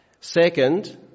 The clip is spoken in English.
Second